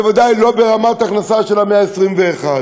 בוודאי לא ברמת הכנסה של המאה ה-21.